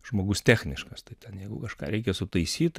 žmogus techniškas tai ten jeigu kažką reikia sutaisyt